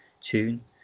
tune